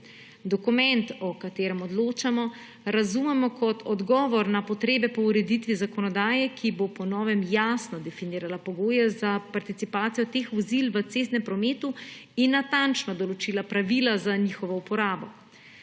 Dokument, o katerem odločamo, razumemo kot odgovor na potrebe po ureditve zakonodaje, ki bo po novem jasno definirala pogoje za participacijo teh vozil v cestnem prometu in natančno določila pravila za njihovo uporabo.